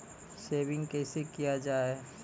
Saving कैसै किया जाय?